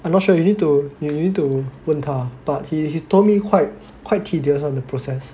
I'm not sure you need to you need to 问他 but he told me quite quite tedious [one] the process